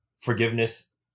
forgiveness